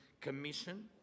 Commission